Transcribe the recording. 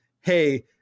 Hey